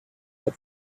but